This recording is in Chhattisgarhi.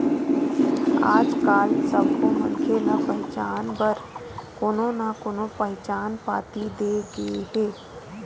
आजकाल सब्बो मनखे ल पहचान बर कोनो न कोनो पहचान पाती दे गे हे